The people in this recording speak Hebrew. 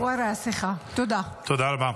תודה רבה.